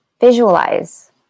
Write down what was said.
visualize